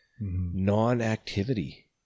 non-activity